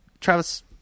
Travis